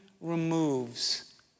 removes